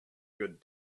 good